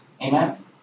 Amen